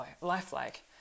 lifelike